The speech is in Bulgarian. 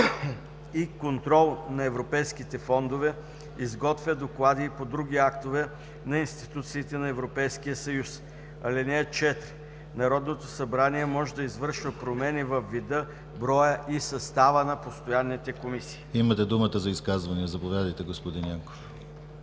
Имате думата за изказвания. Заповядайте, господин Кутев.